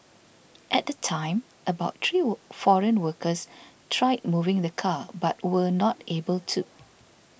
at the time about three foreign workers tried moving the car but were not able to